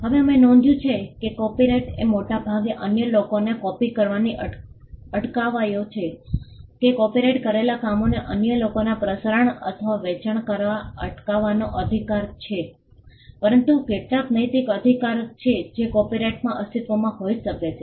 હવે અમે નોંધ્યું છે કે કોપિરાઇટ એ મોટા ભાગે અન્ય લોકોને કોપિ કરવાથી અટકાવવાનો કે કોપિરાઇટ કરેલા કામોને અન્ય લોકોના પ્રસારણ અથવા વેચાણ કરતા અટકાવવાનો અધિકાર છે પરંતુ કેટલાક નૈતિક અધિકાર છે જે કોપિરાઇટમાં અસ્તિત્વમાં હોઈ શકે છે